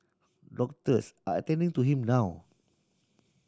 doctors are attending to him now